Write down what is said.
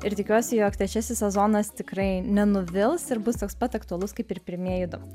ir tikiuosi jog trečiasis sezonas tikrai nenuvils ir bus toks pat aktualus kaip ir pirmieji du